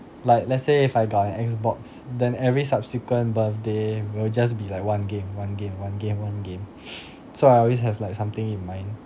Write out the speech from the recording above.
like let's say if I got an X box than every subsequent birthday will just be like one game one game one game one game so I always have like something in mind